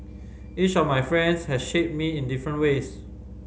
each of my friends has shaped me in different ways